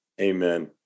Amen